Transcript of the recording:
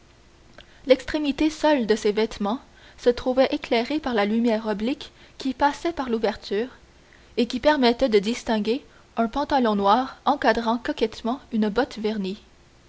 l'extrémité seule de ses vêtements se trouvait éclairée par la lumière oblique qui passait par l'ouverture et qui permettait de distinguer un pantalon noir encadrant coquettement une botte vernie